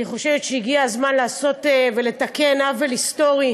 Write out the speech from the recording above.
אני חושבת שהגיע הזמן לתקן עוול היסטורי